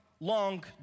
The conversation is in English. long